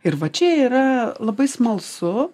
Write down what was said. ir va čia yra labai smalsu